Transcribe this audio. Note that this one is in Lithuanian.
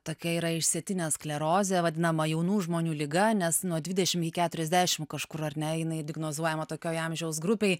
tokia yra išsėtinė sklerozė vadinama jaunų žmonių liga nes nuo dvidešim iki keturiasdešim kažkur ar ne jinai diagnozuojama tokioj amžiaus grupėj